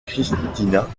christina